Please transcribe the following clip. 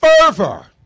fervor